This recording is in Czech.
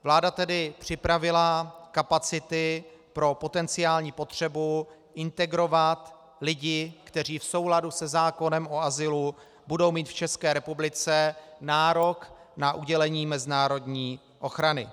Vláda tedy připravila kapacity pro potenciální potřebu integrovat lidi, kteří v souladu se zákonem o azylu budou mít v České republice nárok na udělení mezinárodní ochrany.